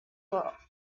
were